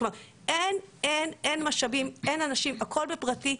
אין משאבים, אין אנשים, הכול בפרטי.